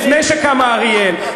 לפני שקמה אריאל,